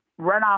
runoff